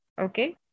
okay